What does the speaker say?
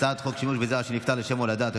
הצעת חוק שימוש בזרע של נפטר לשם הולדה,